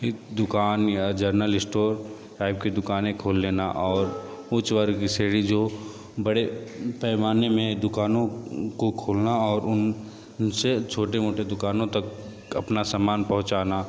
दुकान या general store type की दुकानें खोल लेना और उच्च वर्ग की श्रेणी जो बड़े पैमाने में दुकानों को खोलना और उन उनसे छोटे मोटे दुकानों तक अपना समान पहुँचाना